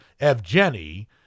Evgeny